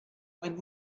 when